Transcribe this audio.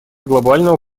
глобального